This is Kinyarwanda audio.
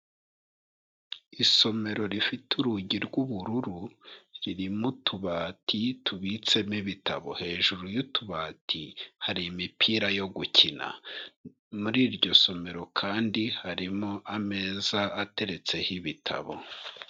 Isomero rifite urugi rw'ubururu ririmo utubati tubitsemo ibitabo, hejuru y'utubati hari imipira yo gukina, muri iryo somero kandi harimo ameza ateretseho ibitabo.